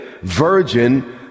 virgin